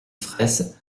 fraysse